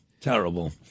Terrible